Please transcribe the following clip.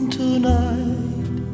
tonight